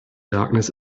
darkness